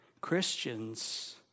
Christians